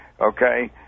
Okay